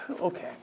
okay